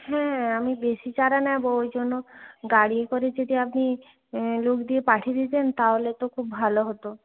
হ্যাঁ আমি বেশি চারা নেব ওই জন্য গাড়িয়ে করে যদি আপনি লোক দিয়ে পাঠিয়ে দিতেন তাহলে তো খুব ভালো হতো